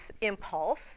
impulse